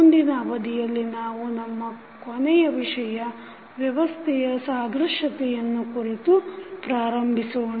ಮುಂದಿನ ಅವಧಿಯಲ್ಲಿ ನಾವು ನಮ್ಮ ಕೊನೆಯ ವಿಷಯ ವ್ಯವಸ್ಥೆಯ ಸಾದೃಶ್ಯತೆಯನ್ನು ಕುರಿತು ಪ್ರಾರಂಭಿಸೋಣ